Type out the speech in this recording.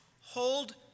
hold